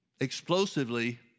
explosively